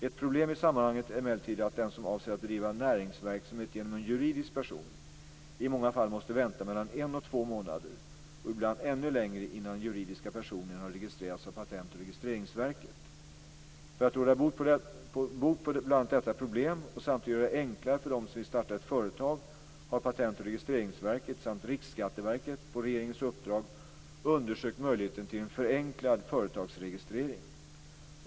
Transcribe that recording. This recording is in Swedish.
Ett problem i sammanhanget är emellertid att den som avser att bedriva näringsverksamhet genom en juridisk person i många fall måste vänta mellan en och två månader och ibland ännu längre innan den juridiska personen har registrerats av Patent och registreringsverket. För att råda bot på bl.a. detta problem och samtidigt göra det enklare för dem som vill starta ett företag har Patent och registreringsverket samt Riksskatteverket på regeringens uppdrag undersökt möjligheten till en förenklad företagsregistrering.